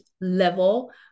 level